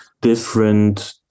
different